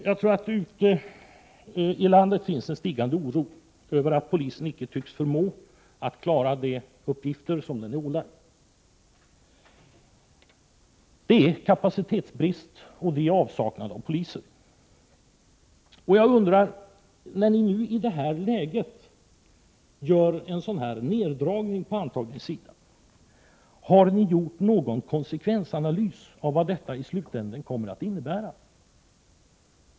Jag tror att det ute i landet finns en stigande oro över att polisen icke tycks förmå att klara de uppgifter den är ålagd. Det är kapacitetsbrist och det är avsaknad av poliser. Jag undrar: När ni nu i det här läget gör en neddragning, har ni då gjort någon konsekvensanalys av vad detta i slutänden kommer att innebära?